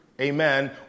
amen